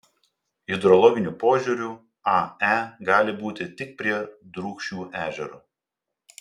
hidrologiniu požiūriu ae gali būti tik prie drūkšių ežero